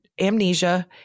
amnesia